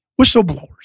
whistleblowers